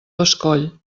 bescoll